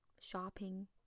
shopping